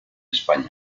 españa